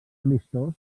amistós